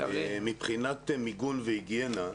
מבחינת מיגון והיגיינה.